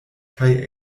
kaj